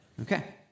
Okay